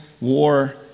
war